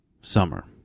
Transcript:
summer